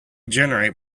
generate